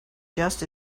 just